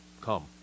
come